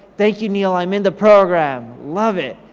thank you neil, i'm in the program. love it,